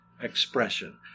expression